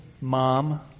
mom